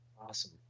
awesome